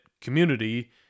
community